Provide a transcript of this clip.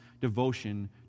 devotion